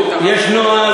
יש נוהל,